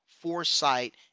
foresight